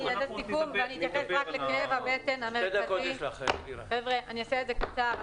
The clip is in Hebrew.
אני אתייחס רק למסר המרכזי ואני אעשה אתה קצר.